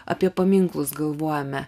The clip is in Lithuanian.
apie paminklus galvojame